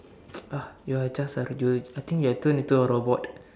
uh you are just Arjun I think you have turn into a robot